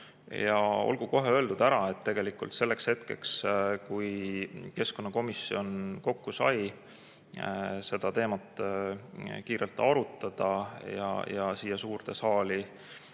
Olgu kohe ära öeldud, et tegelikult selleks hetkeks, kui keskkonnakomisjon kokku sai, et seda teemat kiirelt arutada ja siia suurde saali